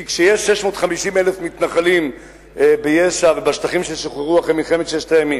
כי כשיש 650,000 מתנחלים ביש"ע ובשטחים ששוחררו אחרי מלחמת ששת הימים,